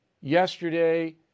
yesterday